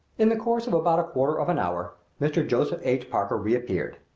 in the course of about a quarter of an hour mr. joseph h. parker reappeared.